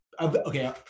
okay